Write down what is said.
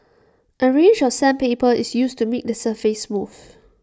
A range of sandpaper is used to make the surface smooth